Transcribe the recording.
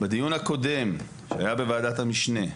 בדיון הקודם שהיה בוועדת המשנה,